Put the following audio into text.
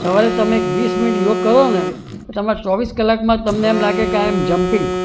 સવારે તમે એક વીસ મિનિટ યોગ કરો ને તો તમારા ચોવીસ કલાકમાં તમને એમ લાગે કે આઈ એમ જમ્પિંગ